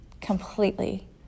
completely